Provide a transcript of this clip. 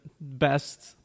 best